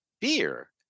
beer